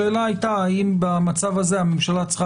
השאלה הייתה האם במצב הזה הממשלה צריכה